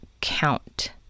count